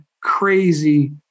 crazy